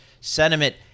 sentiment